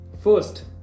First